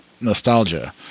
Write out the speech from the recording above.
nostalgia